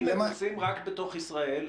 אם הם נוסעים רק בתוך ישראל.